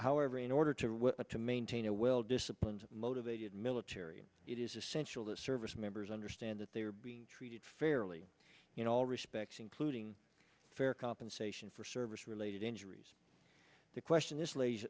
however in order to to maintain a well disciplined and motivated military it is essential that service members understand that they are being treated fairly in all respects including fair compensation for service related injuries the question this la